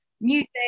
Music